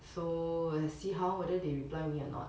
so let's see how whether they reply me or not